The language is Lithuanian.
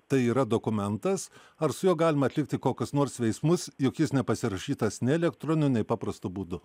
tai yra dokumentas ar su juo galima atlikti kokius nors veiksmus juk jis nepasirašytas nei elektroniniunei nepaprastu būdu